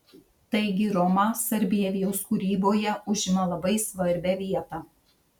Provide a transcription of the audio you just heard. taigi roma sarbievijaus kūryboje užima labai svarbią vietą